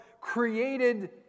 created